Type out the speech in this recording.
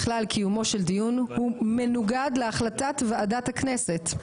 בכלל קיומי של דיון הוא מנוגד להחלטת ועדת הכנסת.